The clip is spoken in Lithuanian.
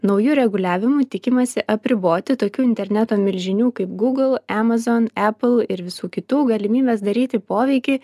nauju reguliavimu tikimasi apriboti tokių interneto milžinių kaip google amazon apple ir visų kitų galimybes daryti poveikį